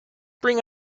bring